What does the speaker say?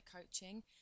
Coaching